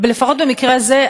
לפחות במקרה הזה,